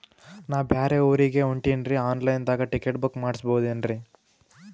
ನಾ ಬ್ಯಾರೆ ಊರಿಗೆ ಹೊಂಟಿನ್ರಿ ಆನ್ ಲೈನ್ ದಾಗ ಟಿಕೆಟ ಬುಕ್ಕ ಮಾಡಸ್ಬೋದೇನ್ರಿ?